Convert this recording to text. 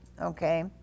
Okay